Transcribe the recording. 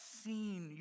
seen